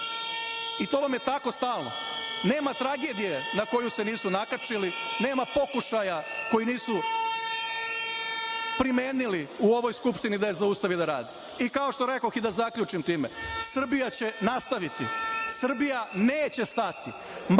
I to vam je tako stalno. Nema tragedije na koju se nisu nakačili, nema pokušaja koji nisu primenili u ovoj Skupštini da je zaustavi da radi. Kao što rekoh i da zaključim time, Srbija će nastaviti, Srbija neće stati,